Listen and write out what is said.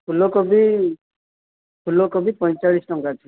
ଫୁଲକୋବି ଫୁଲକୋବି ପଇଁଚାଳିଶି ଟଙ୍କା ଅଛି